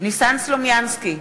ניסן סלומינסקי,